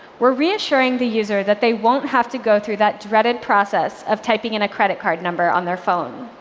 we're reassuring the user that they won't have to go through that dreaded process of typing in a credit card number on their phone.